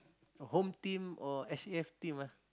Home-Team or s_e_f team ah